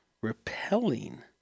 repelling